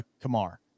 Kamar